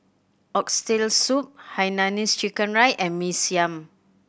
Oxtail Soup hainanese chicken rice and Mee Siam